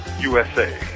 USA